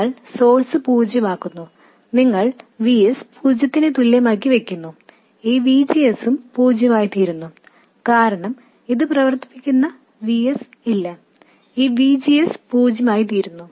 നിങ്ങൾ സോഴ്സ് പൂജ്യമാക്കുന്നു നിങ്ങൾ Vs പൂജ്യത്തിന് തുല്യമാക്കി വയ്ക്കുന്നു ഈ VGS ഉം പൂജ്യമായിത്തീരുന്നു കാരണം ഇത് പ്രവർത്തിപ്പിക്കുന്ന Vs ഇല്ല ഈ VGS പൂജ്യമായിത്തീരുന്നു